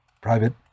Private